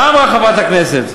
מה אמרה חברת הכנסת?